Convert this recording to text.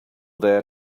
there